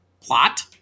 plot